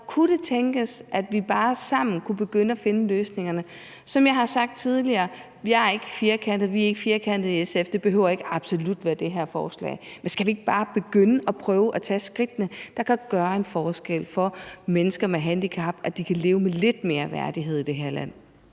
kunne det tænkes, at vi sammen kunne begynde at finde løsningerne? Som jeg har sagt tidligere, er jeg ikke firkantet, og vi er ikke firkantede i SF; det behøver ikke absolut at være det her forslag, men skal vi ikke bare begynde at prøve at tage skridtene, der kan gøre en forskel for mennesker med handicap, så de kan leve med lidt mere værdighed i det her land?